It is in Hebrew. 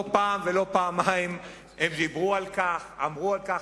לא פעם ולא פעמיים הם דיברו על כך ואמרו על כך,